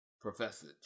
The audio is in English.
Professor